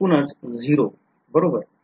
एकूणच 0 बरोबर